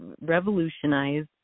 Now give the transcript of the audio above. revolutionize